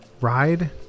ride